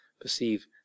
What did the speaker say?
perceive